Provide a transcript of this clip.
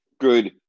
good